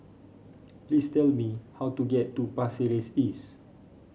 please tell me how to get to Pasir Ris East